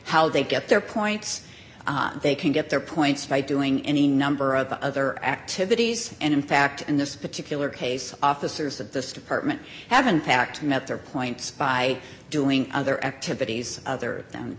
how they get their points they can get their points by doing any number of other activities and in fact in this particular case officers of this department have unpacked met their points by doing other activities other than